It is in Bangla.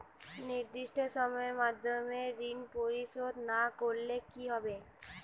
নির্দিষ্ট সময়ে মধ্যে ঋণ পরিশোধ না করলে কি হবে?